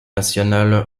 nationales